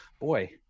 boy